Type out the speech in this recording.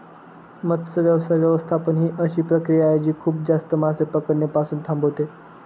मत्स्य व्यवसाय व्यवस्थापन ही अशी प्रक्रिया आहे जी खूप जास्त मासे पकडणे पासून थांबवते